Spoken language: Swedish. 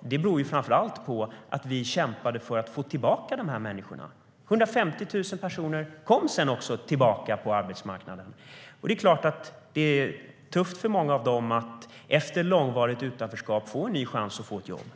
Det berodde framför allt på att vi kämpade för att få tillbaka de människorna till arbetsmarknaden. 150 000 personer kom också tillbaka till arbetsmarknaden. Det är klart att det är tufft för många av dem att, efter mångårigt utanförskap, få en ny chans och få ett jobb.